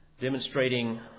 demonstrating